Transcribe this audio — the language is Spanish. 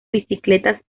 bicicletas